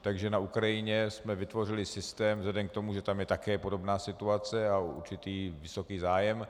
Takže na Ukrajině jsme vytvořili systém vzhledem k tomu, že tam je také podobná situace a určitý vysoký zájem.